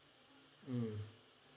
mm